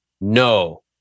no